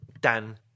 Dan